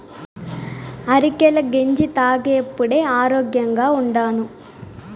అరికెల గెంజి తాగేప్పుడే ఆరోగ్యంగా ఉండాను